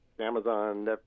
Amazon